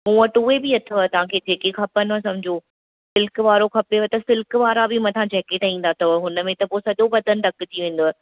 मूं वटि उहे बि अथव तव्हां खे जेके खपनिव समुझो सिल्क वारो खपेव त सिल्क वारा बि मथां जैकेट ईंदा अथव हुन में पोइ सॼो बदन ढकिजी वेंदुव